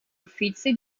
uffizi